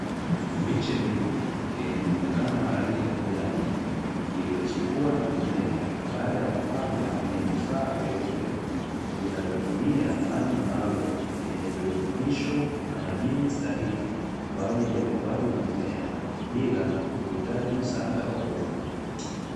Miche mingi yenye muonekano wa rangi ya kijani, iliyochipua na kumea baada ya kupandwa kwenye vifaa vyeupe, vinavyotumia maji maalumu yenye virutubisho na madini stahiki kwa ajili ya ukuaji wa mimea bila kuhitaji msaada wa udongo.